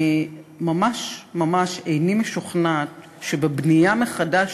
אני ממש ממש איני משוכנעת שבבנייה מחדש,